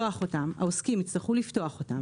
העוסקים יצטרכו לפתוח אותם,